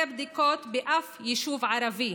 אין גם מרכזי בדיקות באף יישוב ערבי.